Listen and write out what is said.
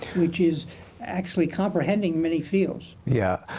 which is actually comprehending many fields. yeah,